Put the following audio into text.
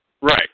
Right